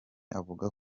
avuga